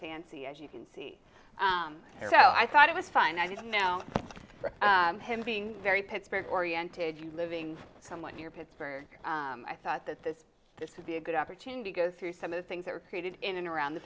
fancy as you can see there so i thought it was fine i didn't know him being very pittsburgh oriented you living someone you're pittsburgh i thought that this this would be a good opportunity to go through some of the things that are created in and around the